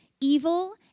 evil